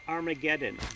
Armageddon